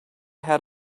had